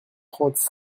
trente